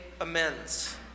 amends